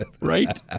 Right